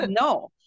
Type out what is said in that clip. No